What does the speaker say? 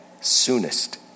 soonest